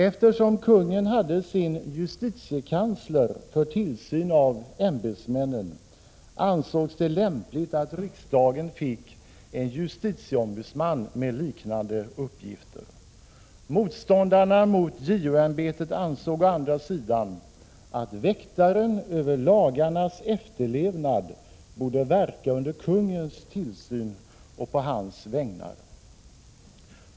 Eftersom kungen hade sin justitiekansler för tillsyn avämbetsmännen, ansågs det lämpligt att riksdagen fick en justitieombudsman med liknande uppgifter. Motståndarna mot JO-ämbetet ansåg å andra sidan att väktaren över lagarnas efterlevnad borde verka under kungens tillsyn och på hans vägnar.